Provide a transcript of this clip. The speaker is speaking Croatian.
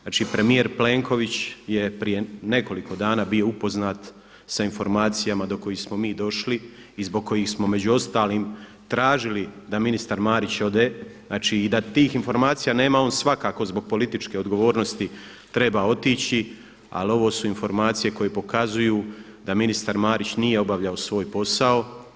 Znači premijer Plenković je prije nekoliko dana bio upoznat sa informacijama do kojih smo mi došli i zbog kojih smo među ostalim tražili da ministar Marić ode, znači i da ti informacija nema on svakako zbog političke odgovornosti treba otići ali ovo su informacije koje pokazuju da ministar Marić nije obavljao svoj posao.